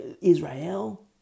israel